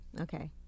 Okay